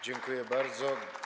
Dziękuję bardzo.